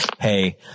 hey